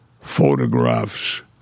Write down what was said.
photographs